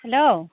hello